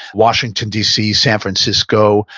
washington, dc, san francisco,